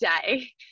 day